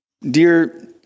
dear